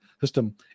system